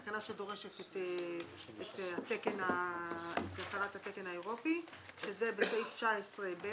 תקנה שדורשת את התקן האירופי שזה בסעיף 19(ב)